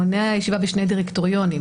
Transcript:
מונע ישיבה בשני דירקטוריונים,